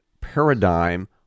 paradigm